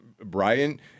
Brian